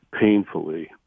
painfully